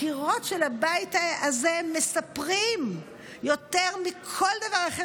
הקירות של הבית הזה מספרים יותר מכל דבר אחר,